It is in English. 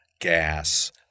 gas